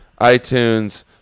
iTunes